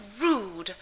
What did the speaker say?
rude